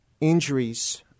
injuries